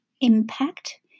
impact